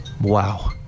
wow